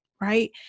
right